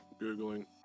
Googling